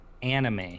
Anime